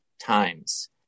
times